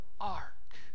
ark